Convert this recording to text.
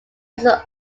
his